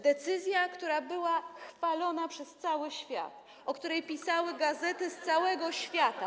Decyzja, która była chwalona przez cały świat, o której pisały gazety z całego świata.